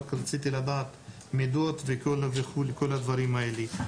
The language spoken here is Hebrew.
רק רציתי לדעת מידות וכל הדברים האלה.